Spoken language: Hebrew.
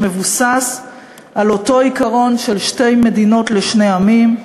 שמבוסס על אותו עיקרון של שתי מדינות לשני עמים,